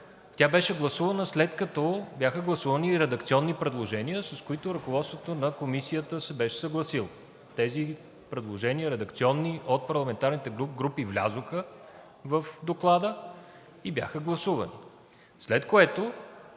Тя беше гласувана, след като бяха гласувани и редакционни предложения, с които ръководството на Комисията се беше съгласило. Тези редакционни предложения от парламентарните групи влязоха в Доклада и бяха гласувани, след което,